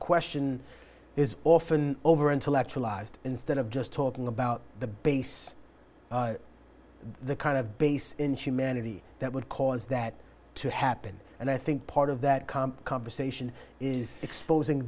question is often over intellectualized instead of just talking about the base the kind of base in humanity that would cause that to happen and i think part of that comes conversation is exposing